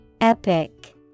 Epic